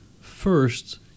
first